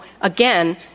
again